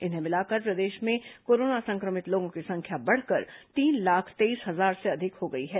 इन्हें मिलाकर प्रदेश में कोरोना संक्रमित लोगों की संख्या बढ़कर तीन लाख तेईस हजार से अधिक हो गई है